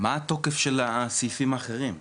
מה התוקף של הסעיפים האחרים?